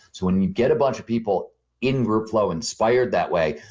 when you get a bunch of people in group flow inspired that way,